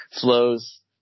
flows